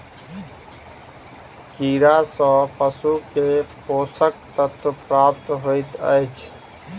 कीड़ा सँ पशु के पोषक तत्व प्राप्त होइत अछि